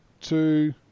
two